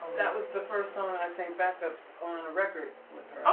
that was the first song i sang backups on a record with her.